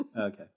Okay